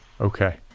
okay